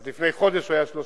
עד לפני חודש הוא היה 30%,